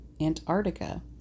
Antarctica